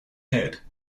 head